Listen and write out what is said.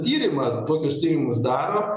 tyrimą tokius tyrimus daro